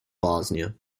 bosnia